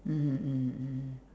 mmhmm mmhmm mmhmm